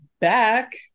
back